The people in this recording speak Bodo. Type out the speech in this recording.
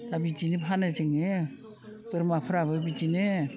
दा बिदिनो फानो जोङो बोरमाफ्राबो बिदिनो